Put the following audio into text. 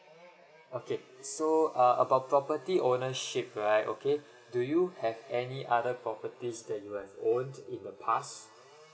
okay so uh about property ownership right okay do you have any other properties that you have own in the past